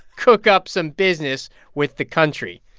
cook up some business with the country.